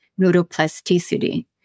neuroplasticity